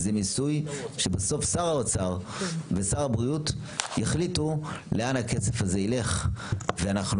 זה ניסוי שבסוף שר האוצר ושר הבריאות יחליטו לאן הכסף הזה יילך ואנחנו